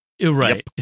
right